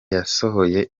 yasohoye